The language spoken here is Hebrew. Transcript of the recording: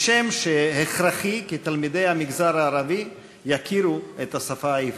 כשם שהכרחי כי תלמידי המגזר הערבי יכירו את השפה העברית.